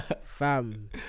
Fam